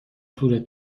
طول